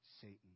Satan